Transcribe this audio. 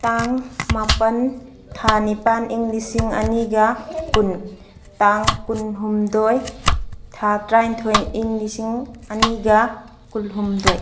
ꯇꯥꯡ ꯃꯥꯄꯜ ꯊꯥ ꯅꯤꯄꯥꯜ ꯏꯪ ꯂꯤꯁꯤꯡ ꯑꯅꯤꯒ ꯀꯨꯟ ꯇꯥꯡ ꯀꯨꯟꯍꯨꯝꯗꯣꯏ ꯊꯥ ꯇꯔꯥꯅꯤꯊꯣꯏ ꯏꯪ ꯂꯤꯁꯤꯡ ꯑꯅꯤꯒ ꯀꯨꯟꯍꯨꯝꯗꯣꯏ